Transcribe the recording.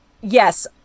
yes